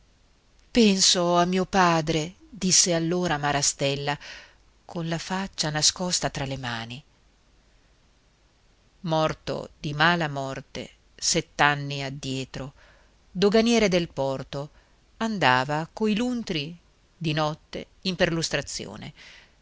soldo penso a mio padre disse allora marastella con la faccia nascosta tra le mani morto di mala morte sett'anni addietro doganiere del porto andava coi luntri di notte in perlustrazione